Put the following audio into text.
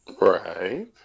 Right